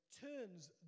turns